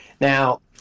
Now